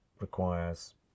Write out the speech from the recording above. requires